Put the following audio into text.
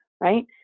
right